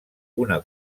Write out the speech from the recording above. una